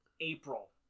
April